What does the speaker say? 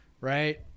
right